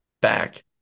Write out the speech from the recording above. back